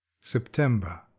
September